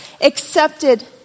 accepted